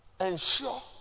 ensure